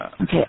okay